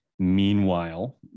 Meanwhile